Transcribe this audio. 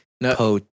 No